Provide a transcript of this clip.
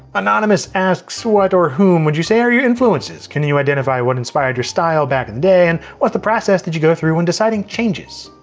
anonymous asks, what or whom would you say are you influences? can you you identify what inspired your style back and then and what's the process that you go through when deciding changes?